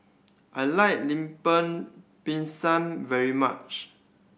I like Lemper Pisang very much